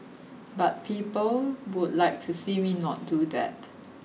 but people would like to see me not do that